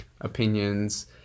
opinions